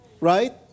Right